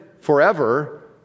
forever